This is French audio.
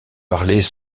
parlées